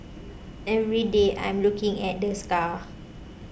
every day I'm looking at the scar